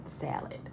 salad